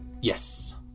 Yes